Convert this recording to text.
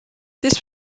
this